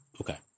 Okay